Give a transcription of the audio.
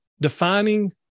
defining